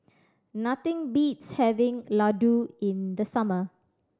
nothing beats having laddu in the summer